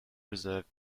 reserve